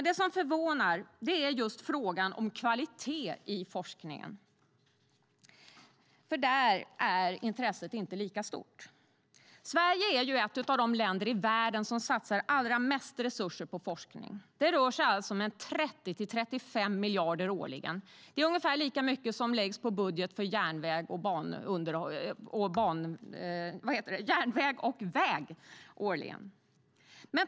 Det som förvånar är just frågan om kvalitet i forskningen, för där är intresset inte lika stort. Sverige är ett av de länder i världen som satsar allra mest resurser på forskning. Det rör sig om 30-35 miljarder årligen. Det är ungefär lika mycket som läggs i budgeten på järnväg och väg årligen.